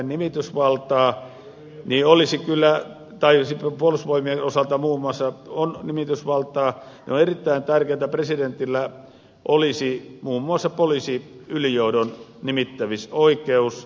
nimitysvaltaa tai siis puolustusvoimien osalta muun muassa on nimitysvaltaa niin on erittäin tärkeätä että presidentillä olisi muun muassa poliisiylijohdon nimittämisoikeus